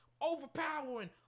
Overpowering